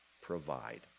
provide